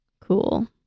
Cool